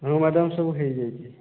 ହଁ ମ୍ୟାଡ଼ମ୍ ସବୁ ହେଇଯାଇଛି